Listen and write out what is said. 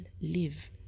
live